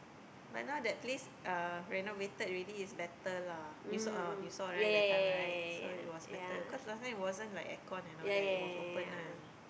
but now that place uh renovated already it's better lah you saw you saw right that time right so it was better because last time it wasn't like air con and all that it was open one